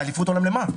אליפות עולם למה?